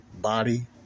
Body